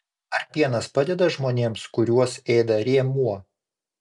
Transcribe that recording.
ar pienas padeda žmonėms kuriuos ėda rėmuo